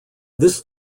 this